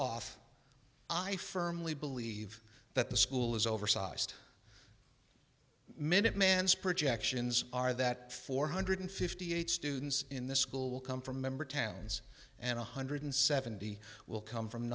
off i firmly believe that the school is oversized minute man's projections are that four hundred fifty eight students in this school will come from member towns and one hundred seventy will come from